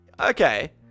Okay